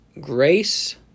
grace